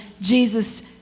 Jesus